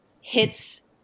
hits